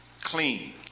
clean